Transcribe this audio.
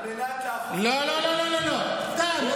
על מנת לאכוף, על מנת לאכוף את החוק.